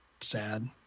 sad